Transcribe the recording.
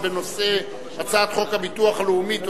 בנושא: הצעת חוק הביטוח הלאומי (תיקון,